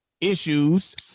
issues